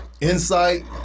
insight